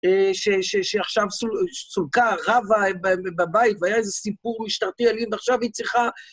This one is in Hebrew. שעכשיו סולקה רבה בבית והיה איזה סיפור, משטרתי עליה, ועכשיו היא צריכה...